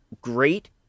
great